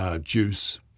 juice